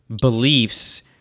beliefs